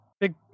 Big